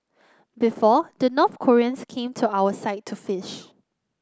before the North Koreans came to our side to fish